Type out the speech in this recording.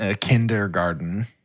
kindergarten